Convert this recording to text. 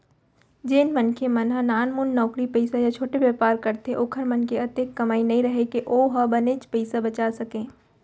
जेन मनखे मन ह नानमुन नउकरी पइसा या छोटे बयपार करथे ओखर मन के अतेक कमई नइ राहय के ओ ह बनेचपन पइसा बचा सकय